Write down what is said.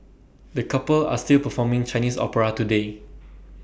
the couple are still performing Chinese opera today